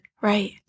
Right